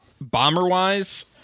Bomber-wise